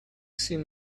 seen